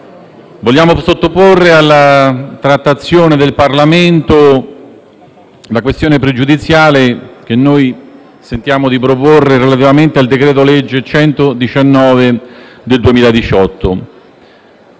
vogliamo sottoporre alla trattazione del Parlamento la questione pregiudiziale che sentiamo di proporre relativamente al decreto-legge n. 119 del 2018.